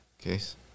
Case